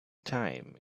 time